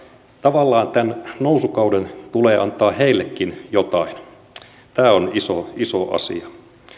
tavallaan tämän nousukauden tulee antaa heillekin jotain tämä on iso iso asia